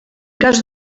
cas